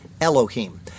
Elohim